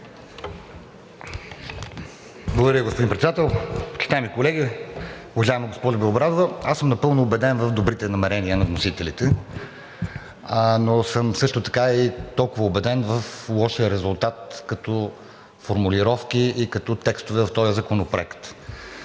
Благодаря, господин Председател. Почитаеми колеги! Уважаема госпожо Белобрадова, аз съм напълно убеден в добрите намерения на вносителите, но съм също така и толкова убеден в лошия резултат като формулировки и като текстове в този законопроект